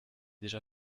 deja